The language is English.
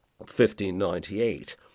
1598